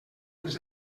ens